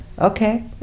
Okay